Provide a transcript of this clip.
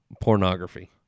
pornography